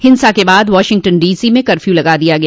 हिंसा के बाद वाशिंगटन डीसी में कफ्य् लगा दिया गया